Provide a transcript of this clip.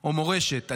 או מורשת?